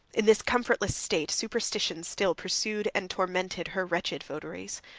in this comfortless state, superstition still pursued and tormented her wretched votaries.